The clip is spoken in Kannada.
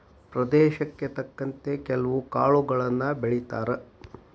ಪ್ರದೇಶಕ್ಕೆ ತಕ್ಕಂತೆ ಕೆಲ್ವು ಕಾಳುಗಳನ್ನಾ ಬೆಳಿತಾರ